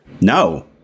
No